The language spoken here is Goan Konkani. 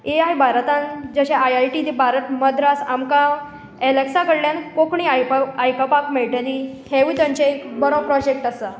ए आय भारतान जशें आय आय टी ती भारत मद्रास आमकां एलेक्सा कडल्यान कोंकणी आयकपा आयकपाक मेळटली होवूय तांचो एक बरो प्रोजेक्ट आसा